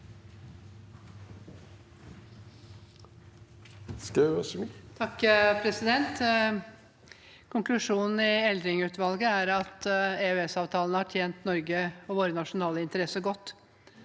(H) Konklusjonen til Eldring-utvalget er at EØS-avtalen har tjent Norge og våre nasjonale interesser godt.